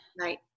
Right